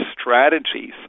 strategies